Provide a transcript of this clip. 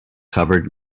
covered